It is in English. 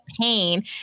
pain